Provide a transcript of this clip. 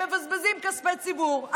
מבזבזים כספי ציבור,